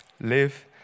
Live